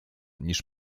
niż